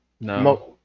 No